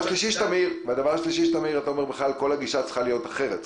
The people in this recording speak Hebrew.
אתה אומר שכל הגישה בכלל צריכה להיות אחרת; אתה